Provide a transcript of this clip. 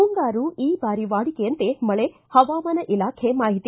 ಮುಂಗಾರು ಈ ಬಾರಿ ವಾಡಿಕೆಯಂತೆ ಮಳೆಹವಾಮಾನ ಇಲಾಖೆ ಮಾಹಿತಿ